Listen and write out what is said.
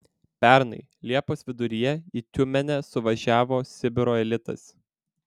pernai liepos viduryje į tiumenę suvažiavo sibiro elitas